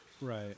Right